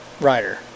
rider